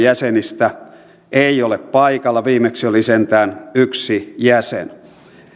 jäsenistä ei ole paikalla viimeksi oli sentään yksi jäsen